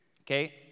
okay